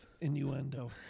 innuendo